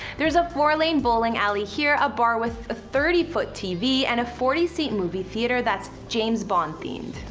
there's a four lane bowling alley here, a bar with a thirty foot tv, and a forty seat movie theatre that's james bond themed.